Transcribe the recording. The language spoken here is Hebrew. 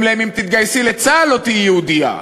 להם: אם תתגייסי לצה"ל לא תהיי יהודייה.